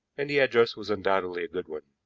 and the address was undoubtedly a good one.